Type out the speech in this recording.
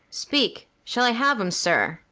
speak, shall i have em, sir?